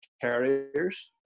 carriers